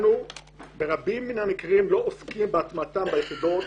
ברבים מן המקרים לא עוסקים בהטמעתם ביחידות